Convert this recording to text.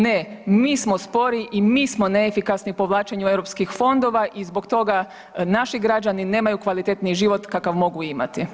Ne, mi smo spori i mi smo neefikasni u povlačenju europskih fondova i zbog toga naši građani nemaju kvalitetniji život kakav mogu imati.